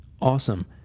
Awesome